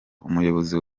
umuyobozi